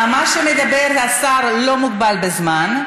מה שמדבר השר לא מוגבל בזמן.